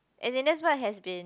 and then that's why it has been